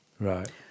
Right